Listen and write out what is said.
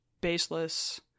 baseless